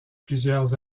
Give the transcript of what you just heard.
plusieurs